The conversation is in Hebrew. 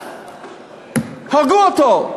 הרגו אותו.